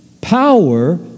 power